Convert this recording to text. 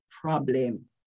problem